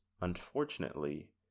unfortunately